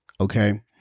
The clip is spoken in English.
Okay